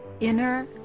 Inner